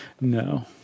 No